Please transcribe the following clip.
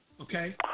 okay